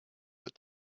but